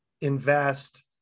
invest